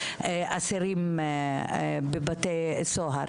לאסירים בבתי סוהר.